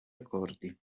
accordi